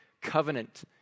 covenant